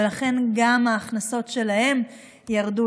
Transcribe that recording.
ולכן גם ההכנסות שלהן ירדו